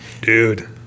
dude